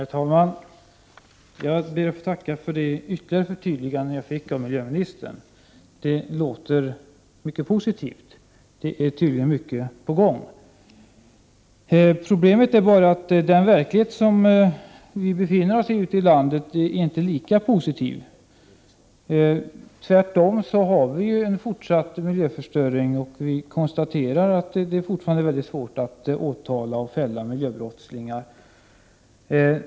Herr talman! Jag ber att få tacka för det ytterligare förtydligande jag fick av miljöministern. Det låter mycket positivt — det är tydligen mycket på gång. Problemet är bara att den verklighet som vi befinner oss i ute i landet inte är lika positiv. Tvärtom har vi ju en fortsatt miljöförstöring, och vi konstaterar att det fortfarande är mycket svårt att åtala och fälla miljöbrottslingar.